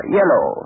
yellow